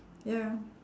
ya